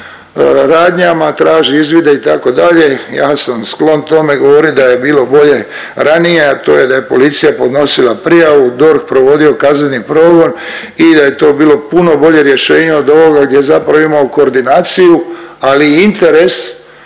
radnjama, traži izvide itd., ja sam sklon govorit tome da je bilo bolje ranije, a to je da je policija podnosila prijavu, DORH provodio kazneni progon i da je to bilo puno bolje rješenje od ovoga gdje zapravo imamo koordinaciju, ali i interes